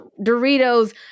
doritos